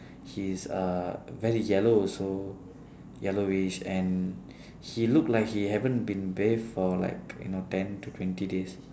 his uh very yellow also yellowish and he looked like he haven't been bathe for like you know ten to twenty days